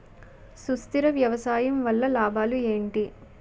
సుస్థిర వ్యవసాయం వల్ల లాభాలు ఏంటి?